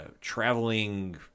traveling